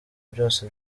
byose